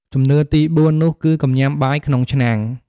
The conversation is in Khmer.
ជំនឿទីបួន នោះគឺកុំញ៉ាំបាយក្នុងឆ្នាំង។